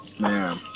Man